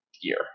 year